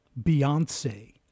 Beyonce